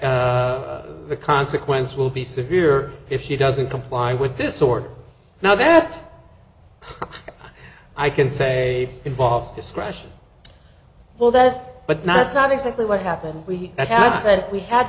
the consequences will be severe if she doesn't comply with this sort now that i can say involves discretion well that but that's not exactly what happened we haven't we had